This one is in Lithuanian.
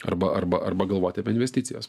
arba arba arba galvoti apie investicijas